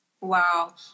Wow